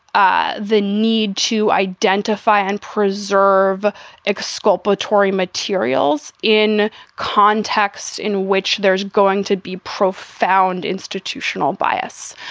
ah the need to identify and preserve exculpatory materials in context in which there is going to be profound institutional bias.